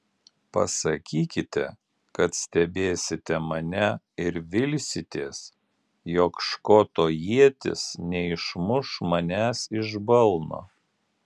pasakykite kad stebėsite mane ir vilsitės jog škoto ietis neišmuš manęs iš balno